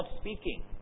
speaking